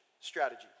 strategy